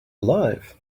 alive